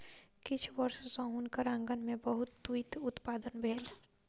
किछ वर्ष सॅ हुनकर आँगन में बहुत तूईत उत्पादन भेल